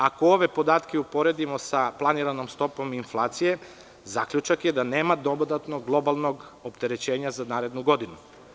Ako ove podatke uporedimo sa planiranom stopom inflacije, zaključak je da nema dodatnog globalnog opterećenja za narednu godinu.